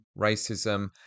racism